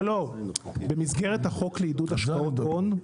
לא לא, במסגרת החוק לעידוד השקעות הון.